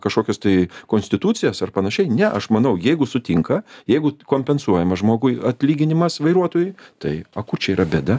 kažkokias tai konstitucijas ar panašiai ne aš manau jeigu sutinka jeigu kompensuojama žmogui atlyginimas vairuotojui tai a kur čia yra bėda